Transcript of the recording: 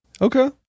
okay